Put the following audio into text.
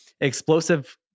explosive